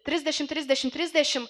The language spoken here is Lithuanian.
trisdešimt trisdešimt trisdešimt